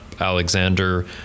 Alexander